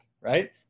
right